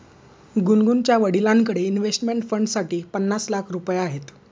गुनगुनच्या वडिलांकडे इन्व्हेस्टमेंट फंडसाठी पन्नास लाख रुपये आहेत